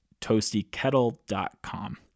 ToastyKettle.com